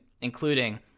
including